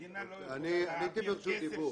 מדינה לא יכולה להעביר כסף --- אני הייתי ברשות דיבור.